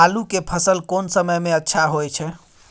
आलू के फसल कोन समय में अच्छा होय छै?